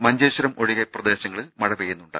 മഞ്ചേശ്വരം ഒഴികെ പ്രദേ ശങ്ങളിൽ മഴ പെയ്യുന്നുണ്ട്